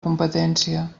competència